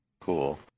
Cool